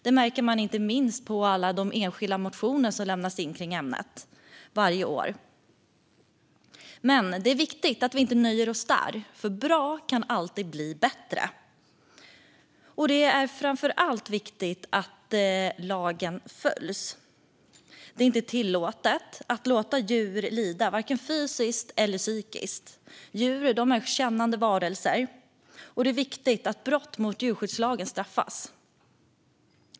Det märks inte minst på alla enskilda motioner som lämnas in i ämnet varje år. Men det är viktigt att vi inte nöjer oss där. Bra kan alltid bli bättre. Och det är framför allt viktigt att lagen följs. Det är inte tillåtet att låta djur lida fysiskt eller psykiskt. Djur är kännande varelser, och det är viktigt att brott mot djurskyddslagen straffas.